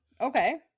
Okay